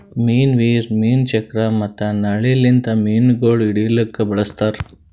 ಮೀನು ವೀರ್, ಮೀನು ಚಕ್ರ ಮತ್ತ ನಳ್ಳಿ ಲಿಂತ್ ಮೀನುಗೊಳ್ ಹಿಡಿಲುಕ್ ಬಳಸ್ತಾರ್